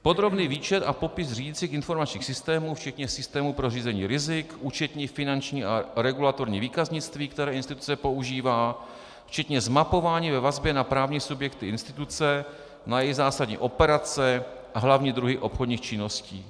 Podrobný výčet a popis řídicích informačních systémů, včetně systému pro řízení rizik, účetní, finanční a regulatorní výkaznictví, které instituce využívá, včetně zmapování ve vazbě na právní subjekty instituce, na její zásadní operace a hlavní druhy obchodních činností.